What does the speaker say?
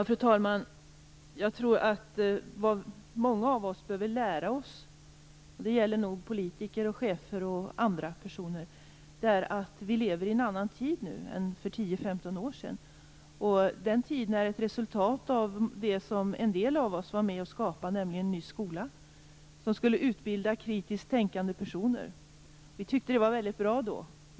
Fru talman! Jag tror att vad många av oss behöver lära oss - det gäller nog politiker, chefer och andra personer - är att vi lever i en annan tid nu än för 10 15 år sedan. Den tiden är ett resultat av det som en del av oss var med om att skapa, nämligen en ny skola som skulle utbilda kritiskt tänkande personer. Vi tyckte det var väldigt bra då.